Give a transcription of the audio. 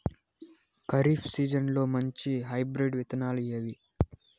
ఖరీఫ్ సీజన్లలో మంచి హైబ్రిడ్ విత్తనాలు ఏవి